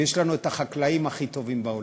ויש לנו החקלאים הכי טובים בעולם.